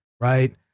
right